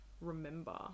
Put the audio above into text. remember